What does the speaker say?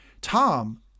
Tom